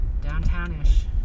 Downtown-ish